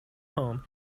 home